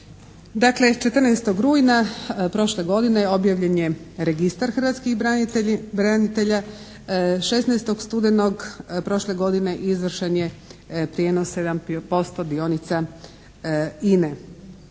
14. rujna prošle godine objavljen je Registar hrvatskih branitelja. 16. studenog prošle godine izvršen je prijenos 7% dionica INA-e.